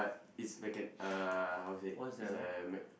uh it's mechan~ uh how to say it's a mec~